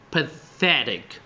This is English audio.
Pathetic